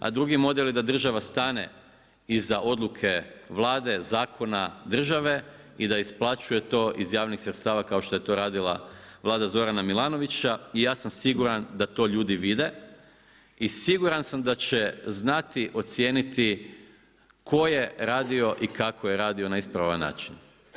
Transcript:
A drugi model je da država stane iza odluke Vlade, zakona, države i da isplaćuje to iz javnih sredstava kao što je to radila vlada Zorana Milanovića i ja sam siguran da to ljudi vide i siguran sam da će znati ocijeniti tko je radio i kako je radio na ispravan način.